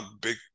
big